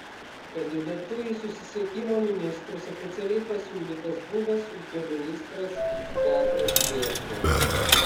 kandidatu į susisiekimo ministrus oficialiai pasiūlytas buvęs ūkio ministras petras čėsna